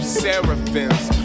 seraphims